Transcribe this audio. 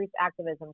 activism